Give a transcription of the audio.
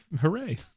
hooray